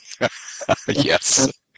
Yes